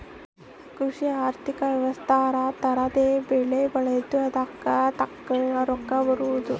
ಕೃಷಿ ಆರ್ಥಿಕ ವ್ಯವಸ್ತೆ ತರ ತರದ್ ಬೆಳೆ ಬೆಳ್ದು ಅದುಕ್ ತಕ್ಕಂಗ್ ರೊಕ್ಕ ಬರೋದು